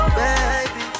baby